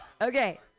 Okay